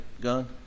gun